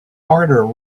harder